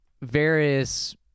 various